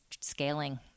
scaling